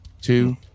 two